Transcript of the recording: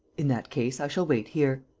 in that case, i shall wait here.